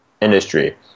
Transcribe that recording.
industry